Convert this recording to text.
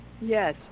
Yes